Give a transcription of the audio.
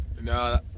No